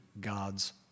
God's